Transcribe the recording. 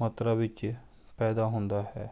ਮਾਤਰਾ ਵਿੱਚ ਪੈਦਾ ਹੁੰਦਾ ਹੈ